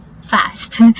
fast